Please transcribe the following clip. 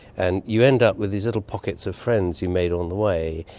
and you end up with these little pockets of friends you made on the way,